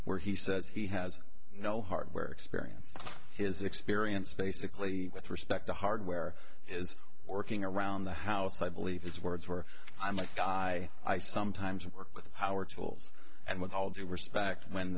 where he says he has no hardware experience his experience basically with respect to hardware is working around the house i believe his words were i'm like guy i sometimes work with our tools and with all due respect when